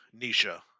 Nisha